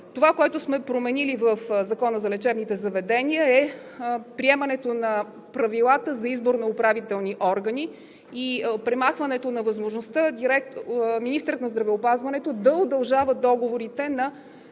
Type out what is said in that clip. Това, което сме променили в Закона за лечебните заведения, е приемането на правилата за избор на управителни органи и премахването на възможността министърът на здравеопазването да удължава договорите на